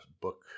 book